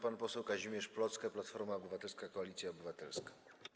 Pan poseł Kazimierz Plocke, Platforma Obywatelska - Koalicja Obywatelska.